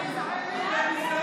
איזה ביזיון.